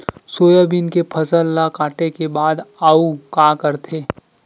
Soybean के फसल ल काटे के बाद आऊ का करथे?